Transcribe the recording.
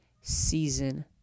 season